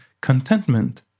contentment